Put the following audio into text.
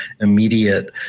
immediate